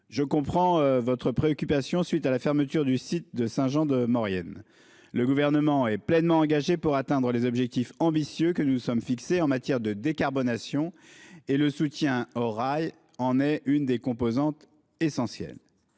je comprends votre inquiétude face à la fermeture du site de Saint-Jean-de-Maurienne. Le Gouvernement est pleinement engagé pour atteindre les objectifs ambitieux que nous nous sommes fixés en matière de décarbonation, et le soutien au rail en est l'une des composantes essentielles.